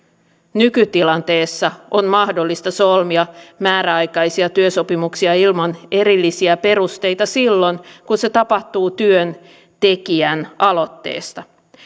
nykytilanteessa on mahdollista solmia määräaikaisia työsopimuksia ilman erillisiä perusteita silloin kun se tapahtuu työntekijän aloitteesta